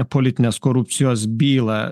politinės korupcijos bylą